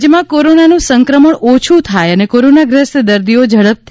રાજ્યમાં કોરોનાનું સંક્રમણ ઓછું થાય અને કોરોનાગ્રસ્ત દર્દીઓ ઝડપથી